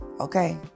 Okay